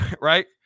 right